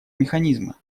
механизма